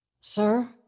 Sir